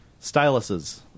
Styluses